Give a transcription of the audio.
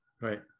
Right